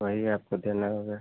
वही आपको देना होगा